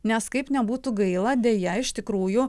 nes kaip nebūtų gaila deja iš tikrųjų